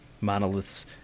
monoliths